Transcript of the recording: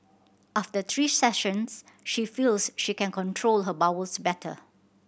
after three sessions she feels she can control her bowels better